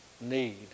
need